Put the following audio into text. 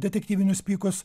detektyvinius pykus